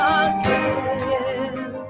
again